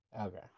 okay